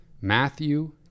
matthew